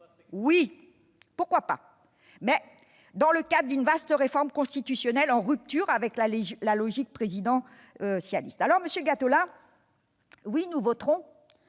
oui, pourquoi pas ? Mais dans le cadre d'une vaste réforme constitutionnelle, en rupture avec la logique présidentialiste ! Oui, monsieur Gattolin, nous voterons